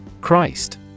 Christ